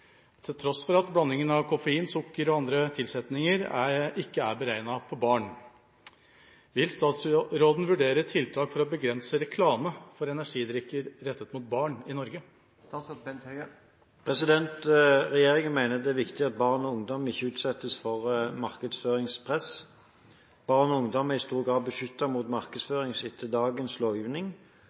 til tross for at blandingen av koffein, sukker og andre tilsetninger ikke er beregnet på barn. Vil statsråden vurdere tiltak for å begrense reklame for energidrikker rettet mot barn i Norge?» Regjeringen mener det er viktig at barn og ungdom ikke utsettes for markedsføringspress. Barn og ungdom er i stor grad beskyttet mot markedsføring etter dagens lovgivning,